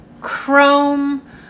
chrome